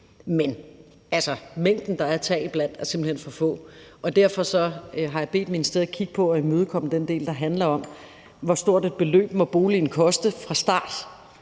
men mængden, der er at tage af, er simpelt hen for lille. Derfor har jeg bedt ministeriet kigge på at imødekomme den del, der handler om, hvor stort et beløb boligen må koste fra start,